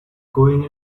going